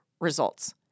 results